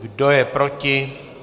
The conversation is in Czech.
Kdo je proti?